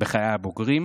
בחיי הבוגרים,